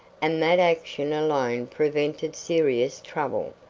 and that action alone prevented serious trouble.